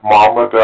Mama